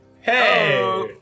Hey